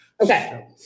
Okay